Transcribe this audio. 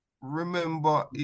remember